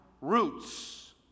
roots —